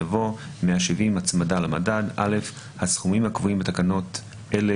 יבוא: "170הצמדה למדד הסכומים הקבועים בתקנות אלה